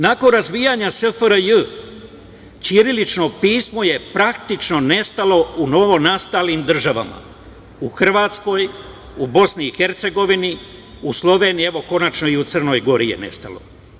Nakon razbijanja SFRJ ćirilično pismo je praktično nestalo u novonastalim državama u Hrvatskoj, u BiH, u Sloveniji, evo konačno i u Crnoj Gori je nestalo.